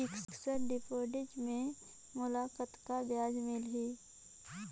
Fixed deposit मे मोला कतका ब्याज मिलही?